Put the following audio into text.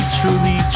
truly